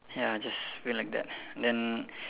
ya just feel like that then